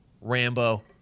Rambo